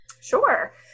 Sure